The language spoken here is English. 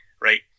right